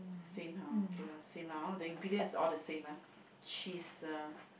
same ah okay lah same lah hor the ingredients are all the same ah cheese ah